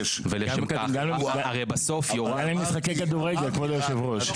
גם למשחקי כדורגל, כבוד היושב ראש.